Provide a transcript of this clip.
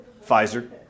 Pfizer